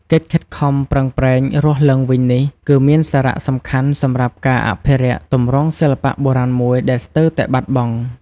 កិច្ចខិតខំប្រឹងប្រែងរស់ឡើងវិញនេះគឺមានសារៈសំខាន់សម្រាប់ការអភិរក្សទម្រង់សិល្បៈបុរាណមួយដែលស្ទើតែបាត់បង់។